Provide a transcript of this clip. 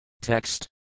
Text